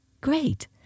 Great